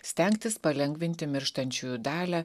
stengtis palengvinti mirštančiųjų dalią